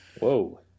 Whoa